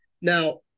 now